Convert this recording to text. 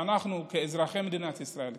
שאנחנו כאזרחי מדינת ישראל,